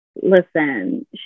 Listen